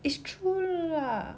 it's true lah